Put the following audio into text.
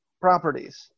properties